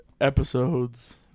episodes